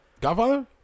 Godfather